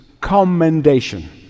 commendation